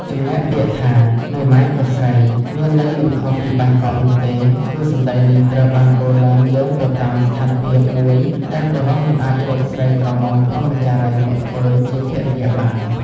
ចំណែកពាក្យថា «មេម៉ាយក៏ស្រី» មានន័យមិនខុសពីបាយកកនោះទេ គឺសំដីនេះត្រូវបានពោលឡើងយោងទៅតាមស្ថានភាពមួយដែលបុរសមិនអាចរកស្រីក្រមុំព្រហ្មចារីយ៍មកធ្វើជាភរិយាបាន។